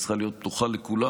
היא צריכה להיות פתוחה לכולם,